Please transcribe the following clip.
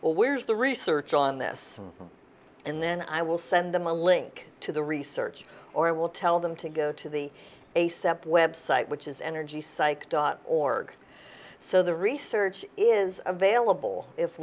well where's the research on this and then i will send them a link to the research or i will tell them to go to the a sept website which is energy psych dot org so the research is available if